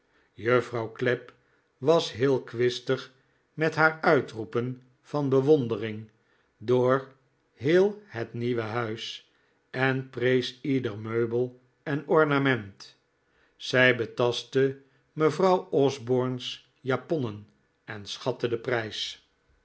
juffrouw clapp was heel kwistig met haar uitroepen van bewondering door heel het nieuwe huis en prees ieder meubel en ornament zij betastte mevrouw osborne's japonnen en schatte den prijs